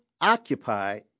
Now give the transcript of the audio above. occupied